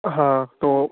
ہاں تو